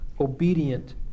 obedient